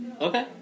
Okay